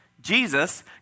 Jesus